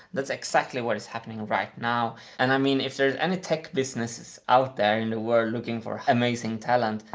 that's exactly what is happening right now. and i mean, if there's any tech businesses out there in the world looking for amazing talent,